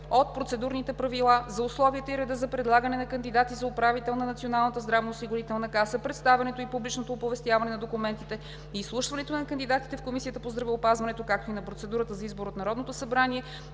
от Процедурните правила за условията и реда за предлагане на кандидати за управител на Националната здравноосигурителна каса, представянето и публичното оповестяване на документите и изслушването на кандидатите в Комисията по здравеопазването, както и на процедурата за избор от Народното събрание,